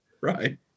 Right